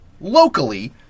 locally